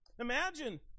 Imagine